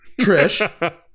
Trish